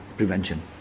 prevention